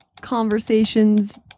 conversations